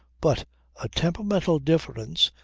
but a temperamental difference,